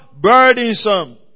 burdensome